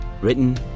Written